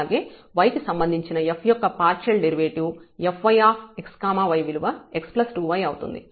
అలాగే y కి సంబంధించిన f యొక్క పార్షియల్ డెరివేటివ్ fyx y విలువ x 2y అవుతుంది